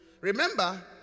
Remember